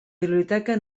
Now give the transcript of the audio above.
biblioteca